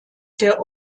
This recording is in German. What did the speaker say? der